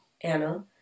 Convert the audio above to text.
Anna